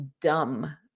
dumb